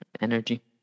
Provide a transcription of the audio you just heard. energy